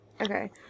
Okay